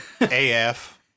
AF